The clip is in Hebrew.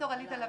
ד"ר עליזה לביא,